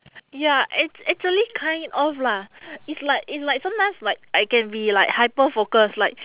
ya act~ actually kind of lah it's like it's like sometimes like I can be like hyper focus like